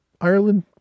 Ireland